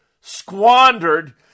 squandered